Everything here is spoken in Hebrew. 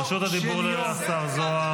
רשות הדיבור לשר זוהר.